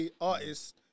artists